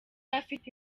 afite